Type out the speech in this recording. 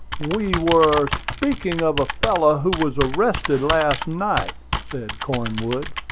we were speaking of a fellow who was arrested last night, said cornwood,